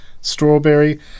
strawberry